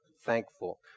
thankful